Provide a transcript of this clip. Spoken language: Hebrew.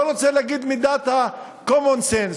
לא רוצה להגיד מידת ה-common sense,